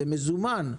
זה מזומן.